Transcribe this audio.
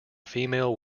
female